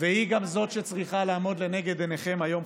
והיא גם שצריכה לעמוד לנגד עיניכם היום,